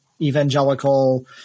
evangelical